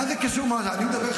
מה זה קשור, מועצה?